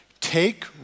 take